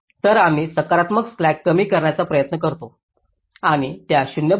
तर आम्ही सकारात्मक स्लॅक्स कमी करण्याचा प्रयत्न करतो आणि त्या 0 बनवण्याचा प्रयत्न करीत आहोत